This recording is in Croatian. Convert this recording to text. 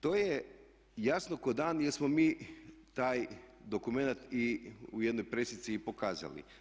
To je jasno kao dan jer smo mi taj dokumenat i u jednoj presici i pokazali.